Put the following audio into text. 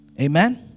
Amen